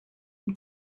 und